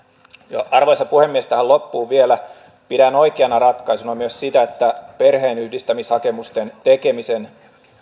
arvoisa puhemies tähän loppuun vielä pidän oikeana ratkaisuna myös sitä että perheenyhdistämishakemusten